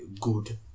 good